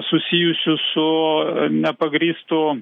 susijusių su nepagrįstu